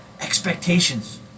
expectations